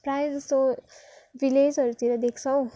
प्रायः जस्तो भिलेजहरूतिर देख्छौँ